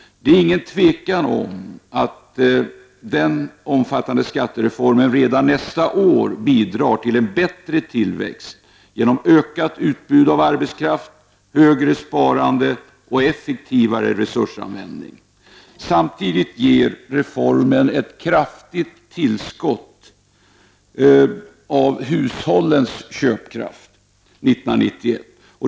Det råder inget tvivel om att den om fattande skattereformen redan nästa år bidrar till en bättre tillväxt genom ökat utbud av arbetskraft, högre sparande och effektivare resursanvändning. Samtidigt ger reformen ett kraftigt tillskott till hushållens köpkraft 1991.